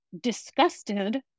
disgusted